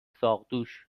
ساقدوش